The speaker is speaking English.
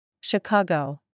Chicago